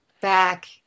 back